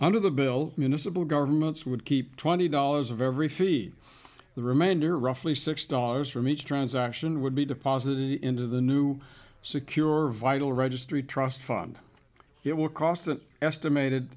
under the bill municipal governments would keep twenty dollars of every feed the remainder roughly six dollars from each transaction would be deposited into the new secure vital registry trust fund it will cost an estimated